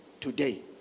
today